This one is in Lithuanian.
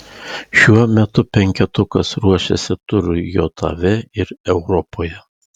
šiuo metu penketukas ruošiasi turui jav ir europoje